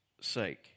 sake